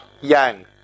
Yang